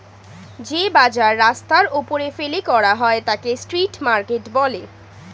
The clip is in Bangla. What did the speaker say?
যে বাজার রাস্তার ওপরে ফেলে করা হয় তাকে স্ট্রিট মার্কেট বলে